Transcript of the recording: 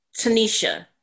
Tanisha